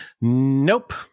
Nope